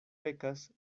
pekas